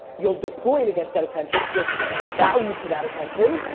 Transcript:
you'll deploy it against that attention, with value to that attention,